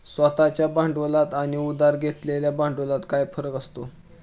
स्वतः च्या भांडवलात आणि उधार घेतलेल्या भांडवलात काय फरक असतो?